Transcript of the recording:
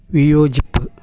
വിയോജിപ്പ്